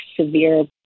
severe